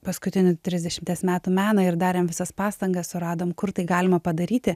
paskutinių trisdešimties metų meną ir darėm visas pastangas suradom kur tai galima padaryti